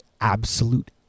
absolute